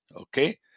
Okay